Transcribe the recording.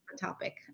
topic